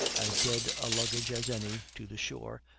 as dead a luggage as any, to the shore,